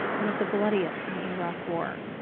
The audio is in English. one of the bloodiest in the iraq war.